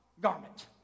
garment